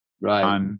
Right